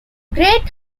great